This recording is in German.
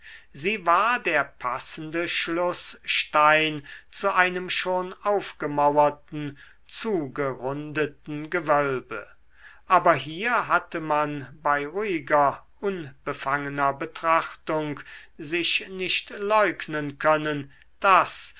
sie war der passende schlußstein zu einem schon aufgemauerten zugerundeten gewölbe aber hier hatte man bei ruhiger unbefangener betrachtung sich nicht leugnen können daß